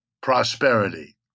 prosperity